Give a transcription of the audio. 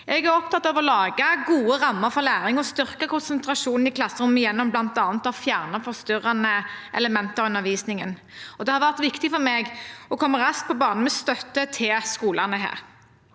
Jeg er opptatt av å lage gode rammer for læring og å styrke konsentrasjonen i klasserommet gjennom bl.a. å fjerne forstyrrende elementer i undervisningen. Det har vært viktig for meg å komme raskt på banen med støtte til skolene her.